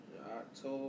October